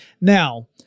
Now